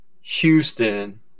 Houston